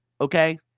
okay